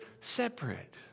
separate